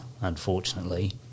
unfortunately